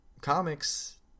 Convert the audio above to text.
comics